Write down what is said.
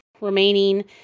remaining